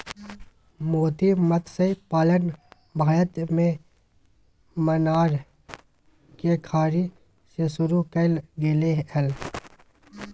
मोती मतस्य पालन भारत में मन्नार के खाड़ी में शुरु कइल गेले हल